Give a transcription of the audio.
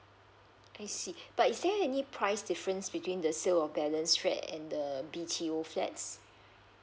I see but is there any price difference between the sale of balance flats and the B_T_O flats